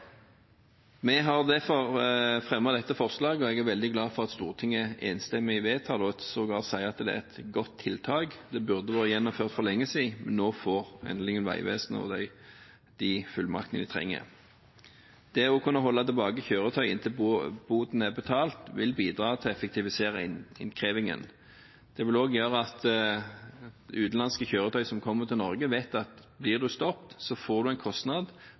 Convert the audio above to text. Vi har derfor fremmet dette forslaget, og jeg er veldig glad for at Stortinget enstemmig vedtar det, og at en sågar sier at det er et godt tiltak. Det burde vært gjennomført for lenge siden, men nå får endelig Vegvesenet de fullmaktene de trenger. Det å kunne holde tilbake kjøretøy inntil boten er betalt, vil bidra til å effektivisere innkrevingen. Det vil også gjøre at utenlandske kjøretøy som kommer til Norge, vet at blir en stoppet, så får en en kostnad.